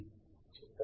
చిత్రంలో చూపినది ఇదే